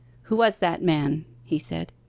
who was that man he said.